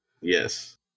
Yes